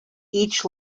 each